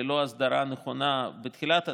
ללא הסדרה נכונה בתחילת הדרך,